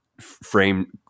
frame